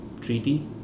treaty